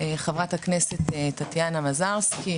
חברת הכנסת טטיאנה מזרסקי,